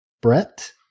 Brett